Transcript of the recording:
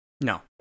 No